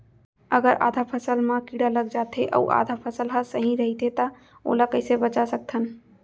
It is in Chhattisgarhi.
अगर आधा फसल म कीड़ा लग जाथे अऊ आधा फसल ह सही रइथे त ओला कइसे बचा सकथन?